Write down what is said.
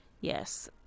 Yes